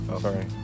sorry